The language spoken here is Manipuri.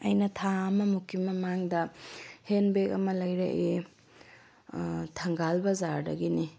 ꯑꯩꯅ ꯊꯥ ꯑꯃꯃꯨꯛꯀꯤ ꯃꯃꯥꯡꯗ ꯍꯦꯟ ꯕꯦꯛ ꯑꯃ ꯂꯩꯔꯛꯑꯦ ꯊꯪꯒꯥꯜ ꯕꯖꯥꯔꯗꯒꯤꯅꯤ